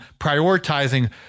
prioritizing